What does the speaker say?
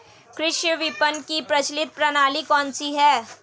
कृषि विपणन की प्रचलित प्रणाली कौन सी है?